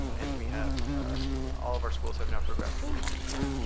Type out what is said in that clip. and we have all of our schools have now progressed to performance plan.